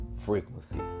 frequency